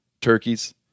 turkeys